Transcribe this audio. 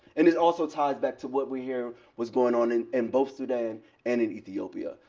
and it also ties back to what we hear was going on in and both sudan and in ethiopia.